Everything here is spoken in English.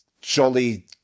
jolly